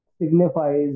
signifies